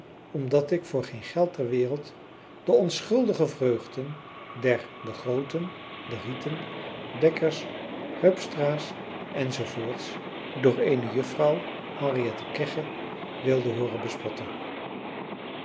omdat ik voor geen geld ter wereld de onschuldige vreugde der de grooten de rieten dekkers hupstra's en zoo voorts door eene juffrouw henriette kegge wilde hooren bespotten